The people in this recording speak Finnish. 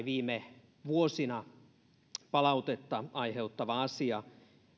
viime vuosina palautetta aiheuttanut asia